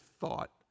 thought